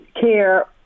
care